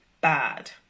bad